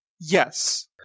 Yes